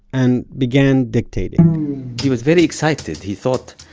and began dictating he was very excited, he thought,